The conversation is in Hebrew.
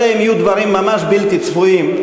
אלא אם כן יהיו דברים ממש בלתי צפויים,